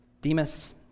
Demas